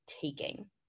taking